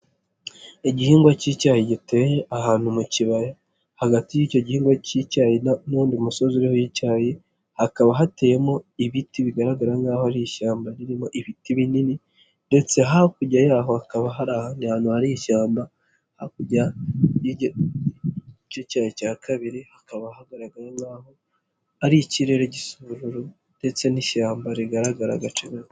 Igihingwa cy'icyayi giteye ahantu mu cyibaya hagati y'icyohingwa cy'icyayi n'undi musozi uriho'icyayi hakaba hateyemo ibiti bigaragara nkaho ari ishyamba ririmo ibiti binini ndetse hakurya yaho hakaba hari ahandi hantu hari ishyamba hakuryace cya cya kabiri hakaba hagaraga nk nkahoho ari ikirere gisa ubururu ndetse n'ishyamba rigaragara agace gato.